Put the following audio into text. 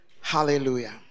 Hallelujah